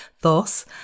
Thus